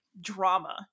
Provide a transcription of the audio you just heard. drama